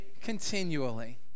continually